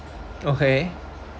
okay